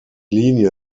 linie